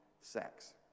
sex